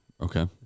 Okay